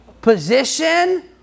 Position